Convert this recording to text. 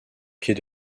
pied